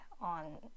on